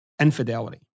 infidelity